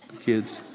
kids